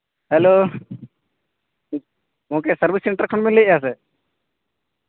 hello ᱜᱚᱢᱠᱮ service centre ᱠᱷᱚᱱ ᱵᱤᱱ ᱞᱟᱹᱭᱮᱜ ᱟᱥᱮ